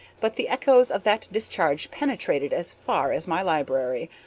but the echoes of that discharge penetrated as far as my library.